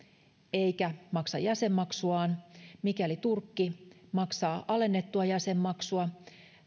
eikä maksa jäsenmaksuaan ja mikäli turkki maksaa alennettua jäsenmaksua